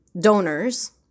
donors